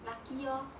lucky lor